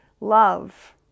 love